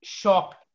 shocked